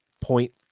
point